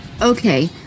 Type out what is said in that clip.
Okay